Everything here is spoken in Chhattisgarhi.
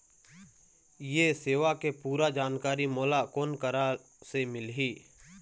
ये सेवा के पूरा जानकारी मोला कोन करा से मिलही?